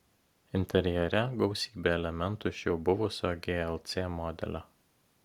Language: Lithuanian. interjere gausybė elementų iš jau buvusio glc modelio